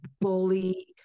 bully